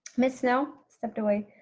miss snell, stepped away.